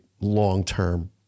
long-term